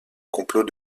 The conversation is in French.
complot